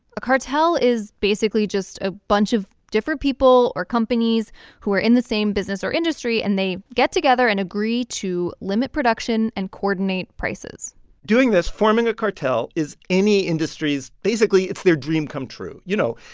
a cartel is basically just a bunch of different people or companies who are in the same business or industry, and they get together and agree to limit production and coordinate prices doing this, forming a cartel, is any industry's basically, it's their dream come true. you know,